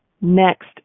Next